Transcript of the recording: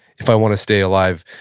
if i wanna stay alive.